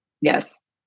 Yes